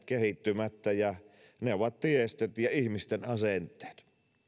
kehittymättä ja ne ovat tiestöt ja ihmisten asenteet